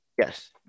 Yes